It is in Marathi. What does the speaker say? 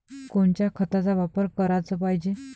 कोनच्या खताचा वापर कराच पायजे?